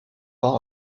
par